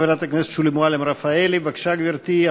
חברת הכנסת שולי מועלם-רפאלי, בבקשה, גברתי.